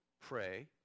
pray